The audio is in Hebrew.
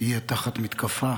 יהיה תחת מתקפה,